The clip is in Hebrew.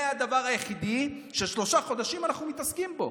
זה הדבר היחיד ששלושה חודשים אנחנו מתעסקים בו.